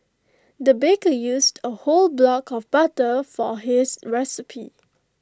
the baker used A whole block of butter for his recipe